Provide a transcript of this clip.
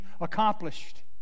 accomplished